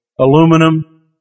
aluminum